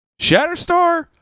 Shatterstar